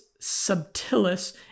subtilis